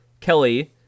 Kelly